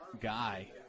guy